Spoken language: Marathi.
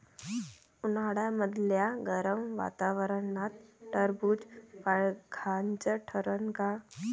उन्हाळ्यामदल्या गरम वातावरनात टरबुज फायद्याचं ठरन का?